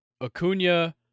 Acuna